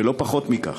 ולא פחות מכך.